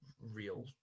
real